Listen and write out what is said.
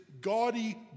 gaudy